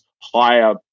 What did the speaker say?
higher